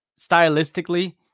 stylistically